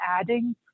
adding